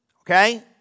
Okay